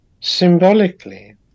Symbolically